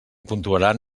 puntuaran